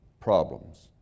problems